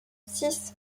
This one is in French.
six